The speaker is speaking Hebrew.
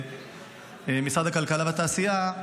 משרד הכלכלה והתעשייה,